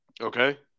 Okay